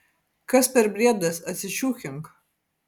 kas per briedas atsičiūchink